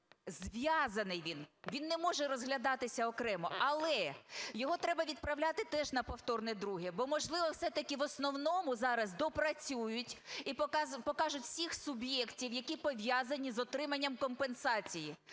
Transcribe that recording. зв'язаний, він не може розглядатися окремо. Але його треба відправляти теж на повторне друге, бо можливо, все-таки в основному зараз допрацюють і покажуть усіх суб'єктів, які пов'язані з отриманням компенсації.